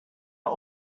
are